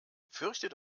fürchtet